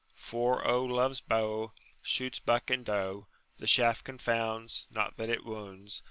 for, oh, love's bow shoots buck and doe the shaft confounds not that it wounds,